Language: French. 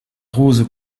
rose